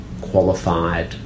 qualified